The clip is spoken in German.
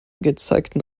gezeigten